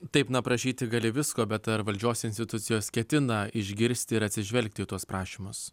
taip na prašyti gali visko bet ar valdžios institucijos ketina išgirsti ir atsižvelgti į tuos prašymus